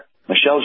Michelle's